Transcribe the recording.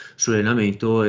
sull'allenamento